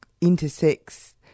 intersects